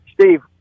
Steve